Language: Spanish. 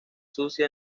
sucia